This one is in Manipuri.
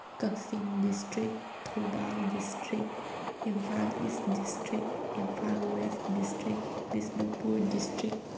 Kakching district Thoubal district Imphal east district Imphal west district Bishnupur district